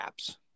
apps